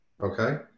okay